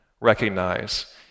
recognize